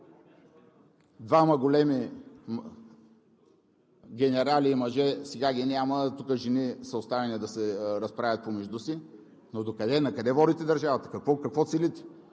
двама големи генерали и мъже сега ги няма, тук жени са оставени да се разправят помежду си, но накъде водите държавата? Какво целите?